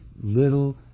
little